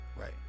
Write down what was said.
Right